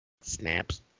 Snaps